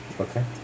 Okay